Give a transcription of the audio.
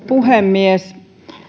puhemies